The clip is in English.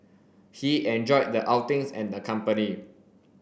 he enjoyed the outings and the company